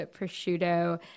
prosciutto